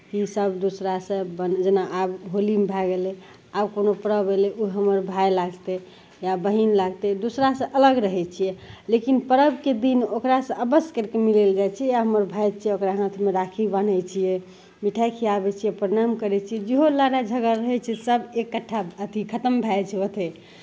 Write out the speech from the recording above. ईसभ दूसरासँ बन जेना आब होलीमे भए गेलै आब कोनो पर्व एलै ओ हमर भाय लागतै या बहिन लागतै दूसरासँ अलग रहै छियै लेकिन पर्वके दिन ओकरासँ अवश्य करि कऽ मिलै लए जाइ छियै हमर भाय छियै ओकरा हाथमे राखी बान्है छियै मिठाइ खियाबै छियै प्रणाम करै छियै जेहो लड़ाइ झगड़ रहै छै सभ एकट्ठा अथी खतम भए जाइ छै ओतहि